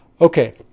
Okay